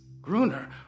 Gruner